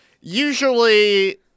Usually